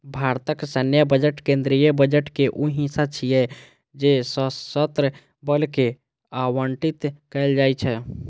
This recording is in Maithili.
भारतक सैन्य बजट केंद्रीय बजट के ऊ हिस्सा छियै जे सशस्त्र बल कें आवंटित कैल जाइ छै